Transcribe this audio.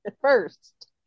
first